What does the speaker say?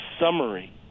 summary